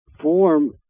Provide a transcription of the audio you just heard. Form